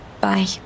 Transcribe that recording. Bye